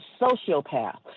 sociopath